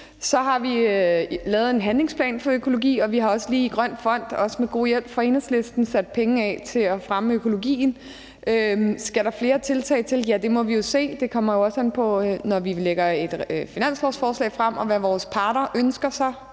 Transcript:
vi har lavet en handlingsplanen for økologi, og vi har også lige i Grøn Fond, også med god hjælp fra Enhedslisten, sat penge af til at fremme økologien. Skal der flere tiltag til? Ja, det må vi jo se på. Det kommer også an på situationen, når vi lægger et finanslovsforslag frem, og hvad parterne ønsker sig.